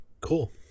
Cool